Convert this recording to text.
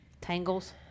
tangles